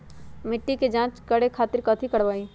मिट्टी के जाँच करे खातिर कैथी करवाई?